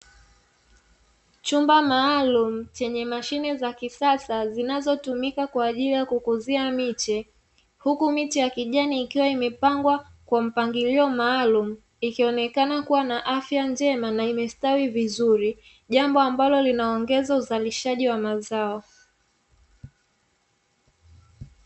Chumba maalumu chenye mashine za kisasa zinazotumika kwa ajili ya kukuzia miche, huku miche ya kijani ikiwa imepangwa kwa mpangilio maalumu ikionekana kuwa na afya njema na imestawi vizuri, jambo ambalo linaongeza uzalishaji wa mazao.